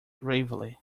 gravely